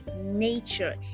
nature